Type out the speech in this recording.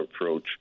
approach